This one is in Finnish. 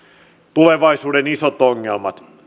tulevaisuuden isot ongelmat